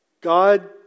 God